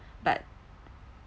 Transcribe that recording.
but